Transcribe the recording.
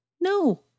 No